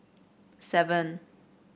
seven